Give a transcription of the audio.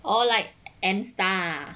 orh like M star ah